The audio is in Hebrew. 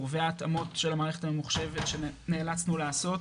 וההתאמות של המערכת הממוחשבת שנאלצנו לעשות